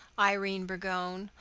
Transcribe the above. irene burgoyne,